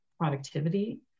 productivity